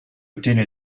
ottiene